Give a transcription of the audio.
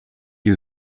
die